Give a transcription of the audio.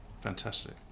Fantastic